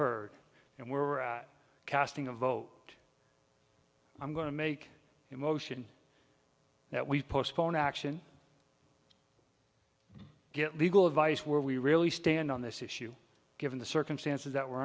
heard and we're casting a vote i'm going to make a motion that we postpone action and get legal advice where we really stand on this issue given the circumstances that we're